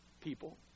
people